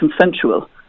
consensual